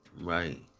Right